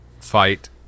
fight